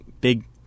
big –